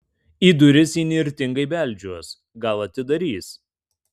į duris įnirtingai beldžiuos gal atidarys